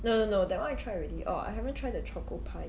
no no no that [one] I try already orh I haven't try to choco pie